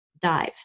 Dive